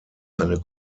eine